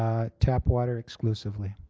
ah tap water exclusively.